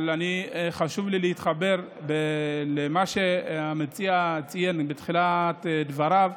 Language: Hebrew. אבל חשוב לי להתחבר למה שהמציע ציין בתחילת דבריו,